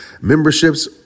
memberships